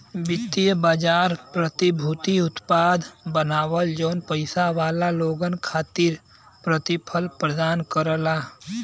वित्तीय बाजार प्रतिभूति उत्पाद बनावलन जौन पइसा वाला लोगन खातिर प्रतिफल प्रदान करला